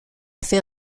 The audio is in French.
fait